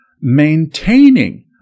maintaining